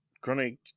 Chronic